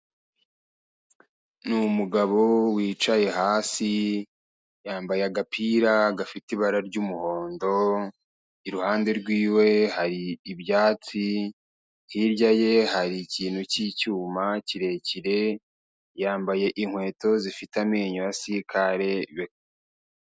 Ni umugabo wicaye hasi, yambaye agapira gafite ibara ry'umuhondo, iruhande rwiwe hari ibyatsi, hirya ye hari ikintu cy'icyuma kirekire, yambaye inkweto zifite amenyo ya sikare.